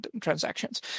transactions